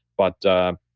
but